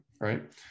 right